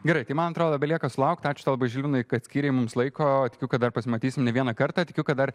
gerai tai man atrodo belieka sulaukti ačiū tau labai žilvinai kad skyrei mums laiko tikiu kad dar pasimatysim ne vieną kartą tikiu kad dar